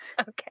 Okay